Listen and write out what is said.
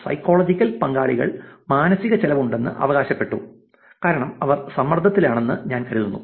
psychological പങ്കാളികൾ മാനസിക ചെലവ് ഉണ്ടെന്ന് അവകാശപ്പെട്ടു കാരണം അവർ സമ്മർദ്ദത്തിലാണെന്ന് ഞാൻ കരുതുന്നു